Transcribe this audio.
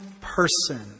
person